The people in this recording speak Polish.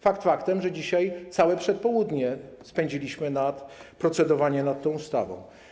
Fakt faktem, że dzisiaj całe przedpołudnie spędziliśmy na procedowaniu nad tą ustawą.